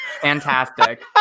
Fantastic